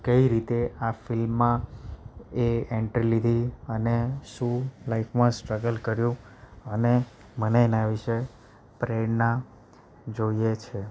કઈ રીતે આ ફિલ્મમાં એ એન્ટ્રી લીધી અને શું લાઇફમાં સ્ટ્રગલ કર્યું અને મને એના વિશે પ્રેરણા જોઈએ છે